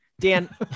Dan